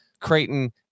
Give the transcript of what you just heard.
Creighton